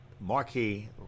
marquee